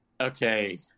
Okay